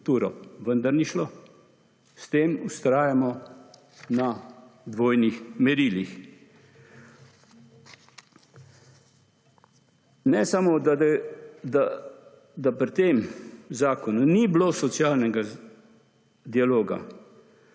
vendar ni šlo. S tem vztrajamo na dvojnih merilih. Ne smo, da pri tem zakonu ni bilo socialnega dialoga,